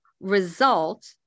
result